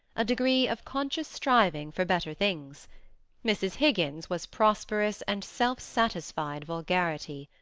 a degree of conscious striving for better things mrs. higgins was prosperous and self-satisfied vulgarity.